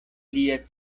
lia